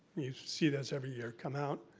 you see those every year come out,